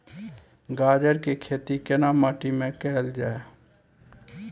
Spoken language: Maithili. गाजर के खेती केना माटी में कैल जाए?